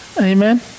amen